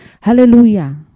Hallelujah